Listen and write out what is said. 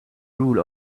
rule